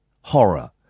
horror